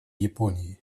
японии